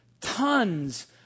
Tons